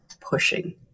pushing